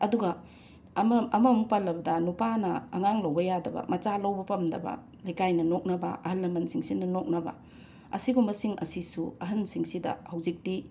ꯑꯗꯨꯒ ꯑꯃ ꯑꯃꯃꯨꯛ ꯄꯜꯂꯕꯗ ꯅꯨꯄꯥꯅ ꯑꯉꯥꯡ ꯂꯧꯕ ꯌꯥꯗꯕ ꯃꯆꯥ ꯂꯧꯕ ꯄꯝꯗꯕ ꯂꯩꯀꯥꯏꯅ ꯅꯣꯛꯅꯕ ꯑꯍꯜ ꯂꯃꯟꯁꯤꯡꯁꯤꯅ ꯅꯣꯛꯅꯕ ꯑꯁꯤꯒꯨꯝꯕꯁꯤꯡ ꯑꯁꯤꯁꯨ ꯑꯍꯟꯁꯤꯡꯁꯤꯗ ꯍꯧꯖꯤꯛꯇꯤ